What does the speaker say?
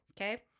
Okay